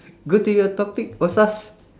go to your topic